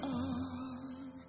on